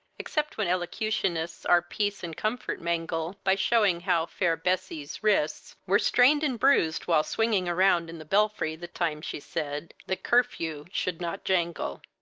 except when elocutionists our peace and comfort mangle, by showing how fair bessie's wrists were strained and bruised while swinging around in the belfry the time she said the curfew should not jangle.